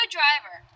driver